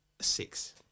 six